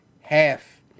half